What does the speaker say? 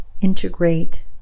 integrate